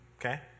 Okay